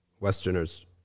Westerners